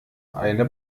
eine